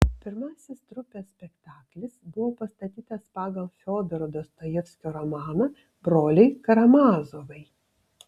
pirmasis trupės spektaklis buvo pastatytas pagal fiodoro dostojevskio romaną broliai karamazovai